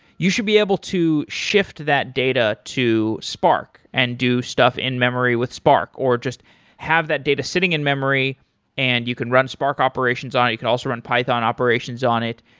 you should be able to shift that data to sparc and do stuff in-memory with sparc, or just have that data sitting in-memory and you could run sparc operations on it. you can also run python operations on it,